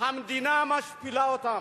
המדינה משפילה אותם.